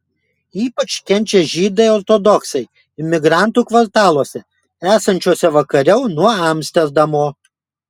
ypač kenčia žydai ortodoksai imigrantų kvartaluose esančiuose vakariau nuo amsterdamo